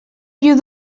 you